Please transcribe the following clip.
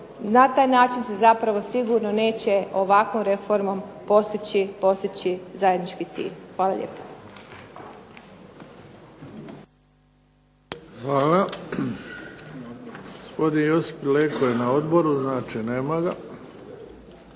na taj način se sigurno neće ovakvom reformom postići zajednički cilj. Hvala lijepo.